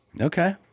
Okay